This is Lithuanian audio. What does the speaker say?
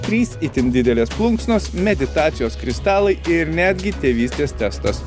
trys itin didelės plunksnos meditacijos kristalai ir netgi tėvystės testas